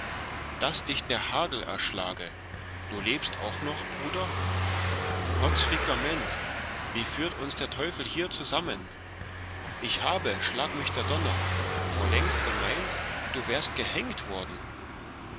daß dich der hagel erschlage altteutsch lebst du auch noch bruder potz fickerment wie führt uns der teufel hier zusammen ich habe schlag mich der donner vorlängst gemeint du wärst gehängt worden